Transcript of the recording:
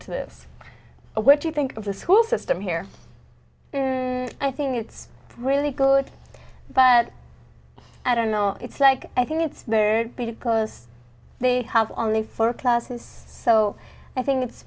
to this what do you think of the school system here soon i think it's really good but i don't know it's like i think it's there because they have only four classes so i think it's